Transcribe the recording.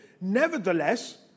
Nevertheless